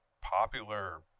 popular